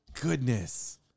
goodness